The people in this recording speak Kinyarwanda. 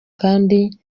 kandi